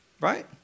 Right